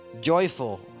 joyful